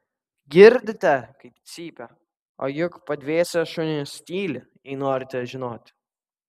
girdite kaip cypia o juk padvėsę šunys tyli jei norite žinoti